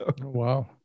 Wow